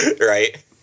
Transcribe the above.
Right